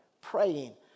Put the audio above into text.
praying